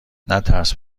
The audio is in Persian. نترس